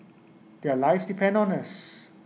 their lives depend on us